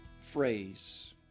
phrase